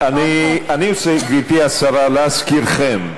אני רוצה, גברתי השרה, להזכירכם.